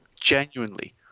Genuinely